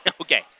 okay